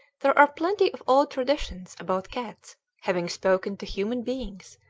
there are plenty of old traditions about cats having spoken to human beings,